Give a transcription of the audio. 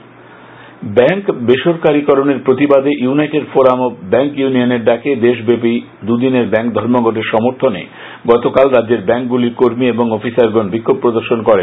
bank ধর্মঘট bank বেসরকারিকরণের প্রতিবাদে ইউনাইটেড ফোরাম অব ব্যাঙ্ক ইউনিয়নের ডাকে দেশব্যাপী দুইদিনের ব্যাঙ্ক ধর্মঘটের সমর্থনে গতকাল রাজ্যের ব্যাঙ্কগুলির কর্মী এবং অফিসারগণ বিক্ষোভ প্রদর্শন করেন